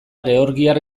georgiar